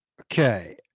Okay